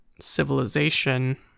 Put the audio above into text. civilization